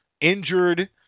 injured